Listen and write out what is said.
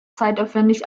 zeitaufwendig